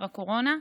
בגלל משבר הקורונה.